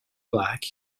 black